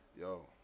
yo